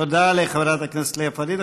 תודה לחברת הכנסת לאה פדידה.